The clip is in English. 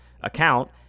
account